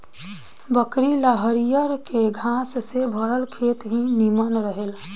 बकरी ला हरियरके घास से भरल खेत ही निमन रहेला